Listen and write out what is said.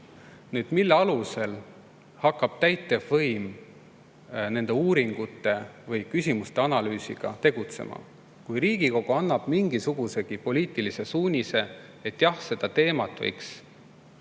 Nüüd, mille alusel hakkab täitevvõim nende uuringute või küsimuste analüüsiga tegelema? Kui Riigikogu annab mingisugusegi poliitilise suunise, et jah, seda teemat võiks